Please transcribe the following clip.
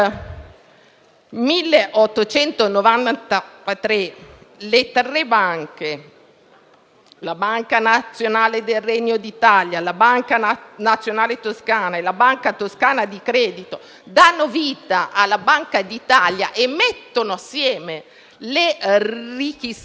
1893 le tre banche (la Banca nazionale del Regno d'Italia, la Banca nazionale toscana e la Banca toscana di credito) hanno dato vita alla Banca d'Italia e messo assieme le riserve;